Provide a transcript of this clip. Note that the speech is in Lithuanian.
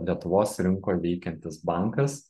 lietuvos rinkoj veikiantis bankas